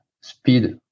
speed